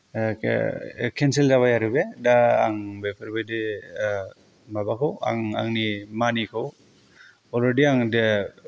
cancel जाबाय आरो बे दा आं बेफोरबायदि माबाखौ आं आंनि मानिखौ अलरेडि आङो दा